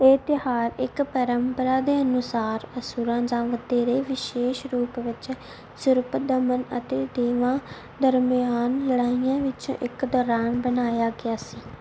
ਇਹ ਤਿਉਹਾਰ ਇੱਕ ਪਰੰਪਰਾ ਦੇ ਅਨੁਸਾਰ ਅਸੁਰਾਂ ਜਾਂ ਵਧੇਰੇ ਵਿਸ਼ੇਸ਼ ਰੂਪ ਵਿੱਚ ਸੂਰਪਦਮਨ ਅਤੇ ਦੇਵਾਂ ਦਰਮਿਆਨ ਲੜਾਈਆਂ ਵਿੱਚੋਂ ਇੱਕ ਦੌਰਾਨ ਬਣਾਇਆ ਗਿਆ ਸੀ